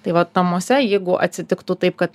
tai vat namuose jeigu atsitiktų taip kad